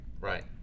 Right